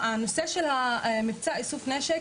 הנושא של איסוף נשק,